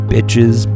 Bitches